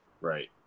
right